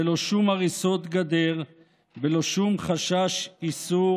בלא שום הריסות גדר ובלא שום חשש איסור